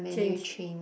change